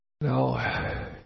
No